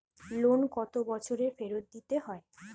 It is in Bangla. লোন কত বছরে ফেরত দিতে হয়?